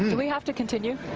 we have to continue?